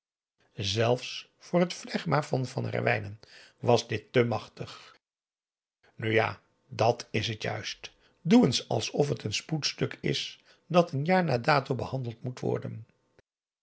zelfs voor het phlegma van van herwijnen was dit te machtig nu ja dat is het juist doe eens alsof het een spoedstuk is dat een jaar na dato behandeld moet worden